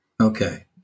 Okay